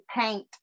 paint